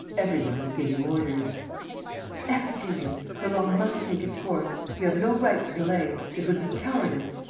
every one was giving orders execute him. the law must take its course. we have no right to delay! it would be cowardice.